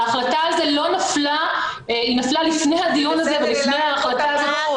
ההחלטה על זה נפלה לפני הדיון הזה ולפני --- ובגלל